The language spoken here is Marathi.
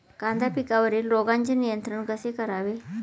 कांदा पिकावरील रोगांचे नियंत्रण कसे करावे?